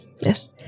yes